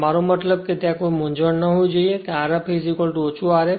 તેથી મારો મતલબ છે કે ત્યાં કોઈ મૂંઝવણ ન હોવી જોઈએ કે Rf ઓછું Rf